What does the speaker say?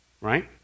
Right